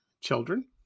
children